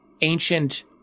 ancient